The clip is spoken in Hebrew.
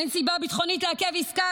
"אין סיבה ביטחונית לעכב עסקה,